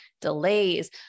delays